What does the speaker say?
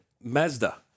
Mazda